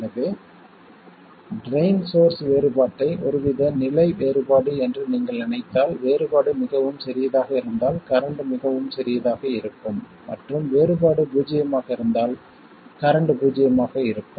எனவே drain source வேறுபாட்டை ஒருவித நிலை வேறுபாடு என்று நீங்கள் நினைத்தால் வேறுபாடு மிகவும் சிறியதாக இருந்தால் கரண்ட் மிகவும் சிறியதாக இருக்கும் மற்றும் வேறுபாடு பூஜ்ஜியமாக இருந்தால் கரண்ட் பூஜ்ஜியமாக இருக்கும்